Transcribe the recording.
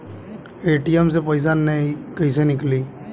ATM से पैसा कैसे नीकली?